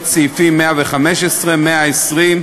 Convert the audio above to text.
נא להציג את שתי הבקשות,